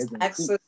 access